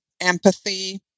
empathy